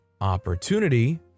Opportunity